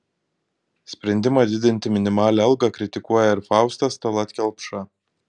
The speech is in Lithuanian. sprendimą didinti minimalią algą kritikuoja ir faustas tallat kelpša